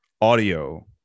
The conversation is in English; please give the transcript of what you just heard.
audio